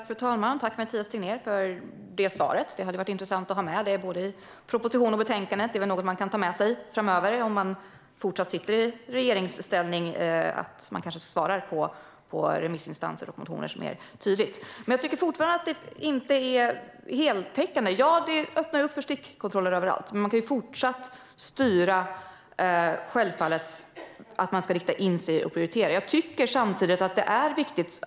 Fru talman! Tack, Mathias Tegnér, för det svaret! Det hade varit intressant att ha med det i både proposition och betänkande. Det är väl något man kan ta med sig framöver, om man fortsatt sitter i regeringsställning: att man kanske mer tydligt ska svara på remissinstanser och motioner. Men jag tycker fortfarande att det inte är heltäckande. Ja, det öppnar för stickkontroller överallt, men man kan ju fortsatt styra. Självfallet ska man rikta in sig och prioritera. Jag tycker samtidigt att detta är viktigt.